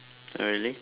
oh really